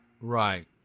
Right